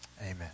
amen